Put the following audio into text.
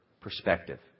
perspective